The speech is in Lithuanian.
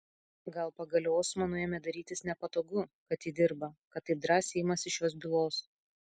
gal pagaliau osmanui ėmė darytis nepatogu kad ji dirba kad taip drąsiai imasi šios bylos